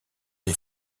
des